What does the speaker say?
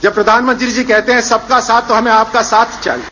जब प्रधानमंत्री जी कहते हैं कि सबका साथ तो हमें आपका साथ चाहिए